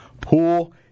pool